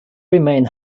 remain